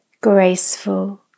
graceful